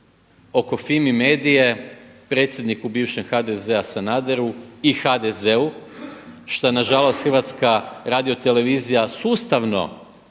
oko FIMI Medie predsjedniku bivšem HDZ-a Sanaderu i HDZ-u šta na žalost Hrvatska radiotelevizija sustavno